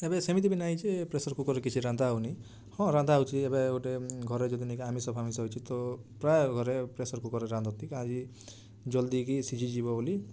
ଏବେ ସେମିତି ବି ନାହିଁ ଯେ ପ୍ରେସର୍ କୁକର୍ରେ କିଛି ରନ୍ଧା ହେଉନି ହଁ ରନ୍ଧା ହେଉଛି ଏବେ ଗୋଟେ ଘରେ ଯେମିତିକା ଆମିଷ ଫାମିଷ ହେଇଛି ତ ପ୍ରାୟ ଘରେ ପ୍ରେସର୍ କୁକର୍ରେ ରାନ୍ଧନ୍ତି ଜଲଦି କି ସିଝିଯିବ ବୋଲି